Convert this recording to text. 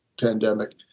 pandemic